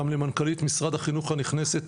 גם למנכ"לית משרד החינוך הנכנסת,